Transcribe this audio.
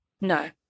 No